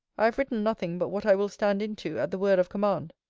i have written nothing but what i will stand in to at the word of command.